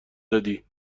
دادی